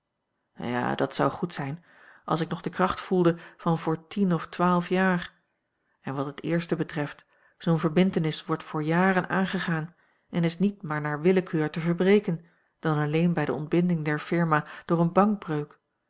ja dat zou goed zijn als ik nog de kracht voelde van voor tien of twaalf jaar en wat het eerste betreft zoo'n verbintenis wordt voor jaren aangegaan en is niet maar naar willekeur te verbreken dan alleen bij de ontbinding der firma door eene